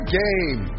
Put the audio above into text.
game